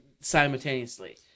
simultaneously